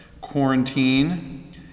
quarantine